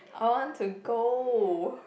I want to go